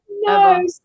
No